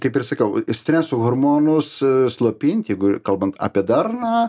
kaip ir sakiau streso hormonus slopint jeigu ir kalbant apie darną